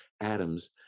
atoms